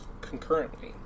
concurrently